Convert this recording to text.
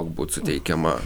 būt suteikiama